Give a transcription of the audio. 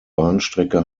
bahnstrecke